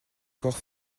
encore